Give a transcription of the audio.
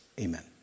Amen